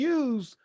use